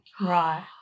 Right